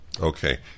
Okay